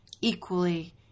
equally